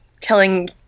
telling